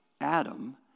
Adam